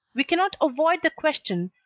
we cannot avoid the question,